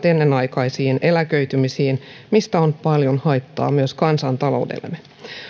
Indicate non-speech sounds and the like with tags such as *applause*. *unintelligible* ennenaikaisiin eläköitymisiin mistä on paljon haittaa myös kansantaloudellemme